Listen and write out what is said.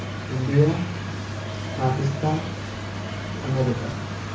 India Pakistan America